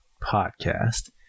podcast